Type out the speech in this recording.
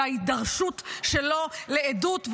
וההידרשות שלו לעדות,